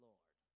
Lord